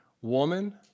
woman